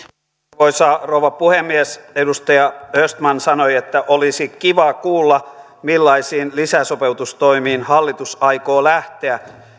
arvoisa rouva puhemies edustaja östman sanoi että olisi kiva kuulla millaisiin lisäsopeutustoimiin hallitus aikoo lähteä